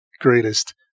greatest